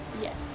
Yes